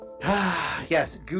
Yes